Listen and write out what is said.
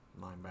linebacker